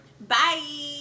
Bye